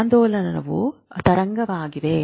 ಆಂದೋಲನವು ಈ ತರಂಗವಾಗಿದೆ